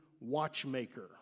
watchmaker